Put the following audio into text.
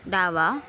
डावा